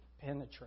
penetrate